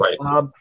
Right